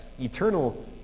eternal